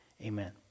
Amen